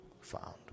found